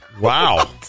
Wow